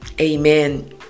amen